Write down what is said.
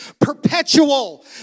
perpetual